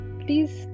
please